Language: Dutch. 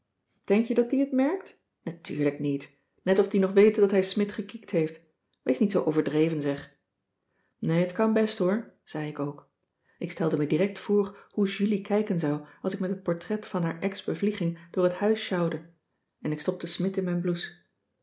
denk je dat die het merkt natuurlijk niet net cissy van marxveldt de h b s tijd van joop ter heul of die nog weet dat hij smidt gekiekt heeft wees niet zoo overdreven zeg nee t kan best hoor zei ik ook ik stelde me direct voor hoe julie kijken zou als ik met het portret van haar ex bevlieging door het huis sjouwde en ik stopte smidt in mijn blouse